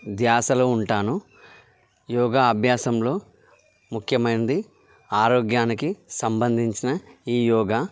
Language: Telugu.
ధ్యాసలో ఉంటాను యోగా అభ్యాసంలో ముఖ్యమైనది ఆరోగ్యానికి సంబంధించిన ఈ యోగా